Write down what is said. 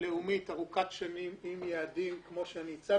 לאומית ארוכת-שנים עם יעדים, כמו שאני הצגתי.